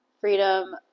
freedom